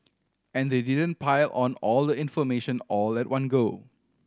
and they didn't pile on all the information all at one go